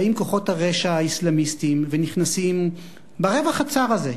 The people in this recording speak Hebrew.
באים כוחות הרשע האסלאמיסטיים ונכנסים ברווח הצר הזה,